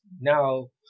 now